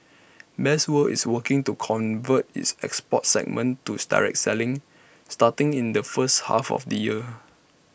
best world is working to convert its export segment to the direct selling starting in the first half of the year